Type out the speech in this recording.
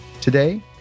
Today